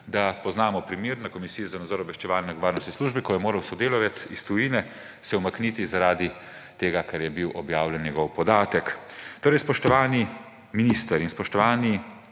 da poznamo primer na Komisiji za nadzor obveščevalnih in varnostnih služb, ko se je moral sodelavec iz tujine umakniti zaradi tega, ker je bil objavljen njegov podatek. Spoštovani minister in spoštovani